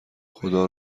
خدا